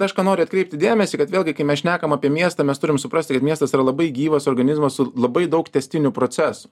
aš ką noriu atkreipti dėmesį kad vėlgi kai mes šnekam apie miestą mes turime suprasti kad miestas yra labai gyvas organizmas su labai daug tęstinių procesų